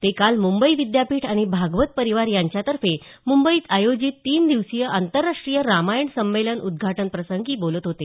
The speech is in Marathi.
ते काल मुंबई विद्यापीठ आणि भागवत परिवार यांच्यातर्फे मुंबईत आयोजित तीन दिवसीय आंतरराष्ट्रीय रामायण संमेलन उदघाटन प्रसंगी बोलत होते